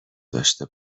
داشته